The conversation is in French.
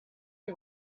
les